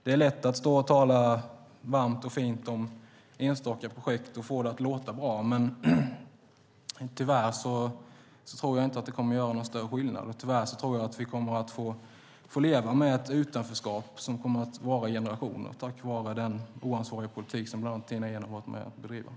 Det är lätt att stå och tala fint om enstaka projekt och få det att låta bra, men jag tror inte att det kommer att göra någon större skillnad. Tyvärr tror jag att vi kommer att få leva med ett utanförskap som kommer att vara i generationer på grund av den oansvariga politik som bland andra Tina Ehn har varit med och bedrivit.